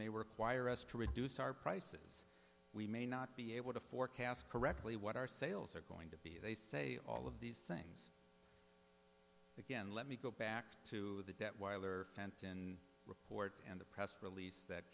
may require us to reduce our prices we may not be able to forecast correctly what our sales are going to be they say all of these things again let me go back to the detwiler fenton report and the press release that